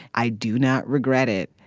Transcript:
i do not regret it.